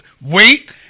wait